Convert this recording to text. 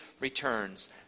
returns